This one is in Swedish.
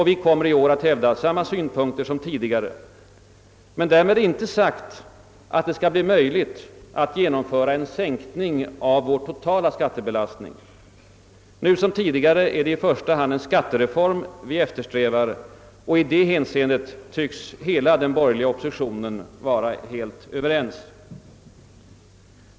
Vi kommer i år att hävda samma synpunkter som tidigare, men därmed är inte sagt att det skall bli möjligt att genomföra en sänkning av vår totala skattebelastning. Nu som tidigare är det i första hand en skattereform vi eftersträvar, och i det hänseendet tycks hela den borgerliga oppositionen vara helt överens.